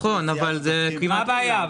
מה הבעיה?